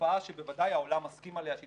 לתופעה שבוודאי העולם מסכים עליה שהיא